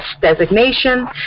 designation